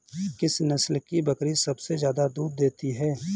किस नस्ल की बकरी सबसे ज्यादा दूध देती है?